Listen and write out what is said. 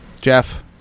Jeff